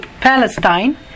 Palestine